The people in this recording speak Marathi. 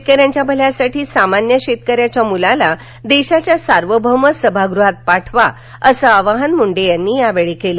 शेतकऱ्यांच्या भल्यासाठी सामान्य शेतकऱ्याच्या मुलाला देशाच्या सार्वभौम सभागुहात पाठवा असं आवाहन मुंडे यांनी यावेळी केलं